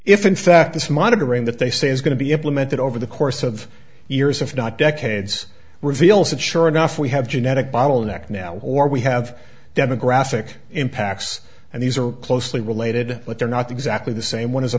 if in fact this monitoring that they say is going to be implemented over the course of years if not decades reveals that sure enough we have genetic bottleneck now or we have demographic impacts and these are closely related but they're not exactly the same one